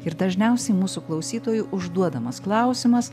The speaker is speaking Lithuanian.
ir dažniausiai mūsų klausytojų užduodamas klausimas